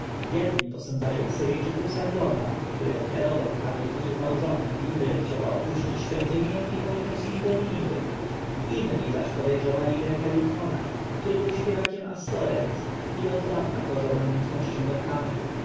jedni posądzali asyryjczyka sargona który ofiarowywał kamie tytuł małżonki byle chciała opuścić świątynię i pojechać z nim do niniwy inni zaś podejrzewali greka lykona który był śpiewakiem astoreth i oddawna gorzał namiętnością do kamy